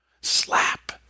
Slap